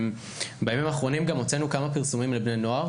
בימים האחרונים הוצאנו כמה פרסומים לבני נוער